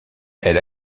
elle